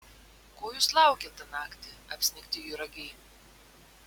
ko jūs laukėt tą naktį apsnigti juragiai